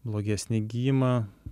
blogesnį gijimą